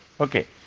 Okay